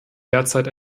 derzeit